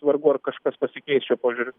vargu ar kažkas pasikeis šiuo požiūriu